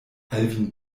alwin